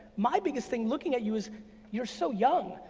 my biggest thing looking at you is you're so young,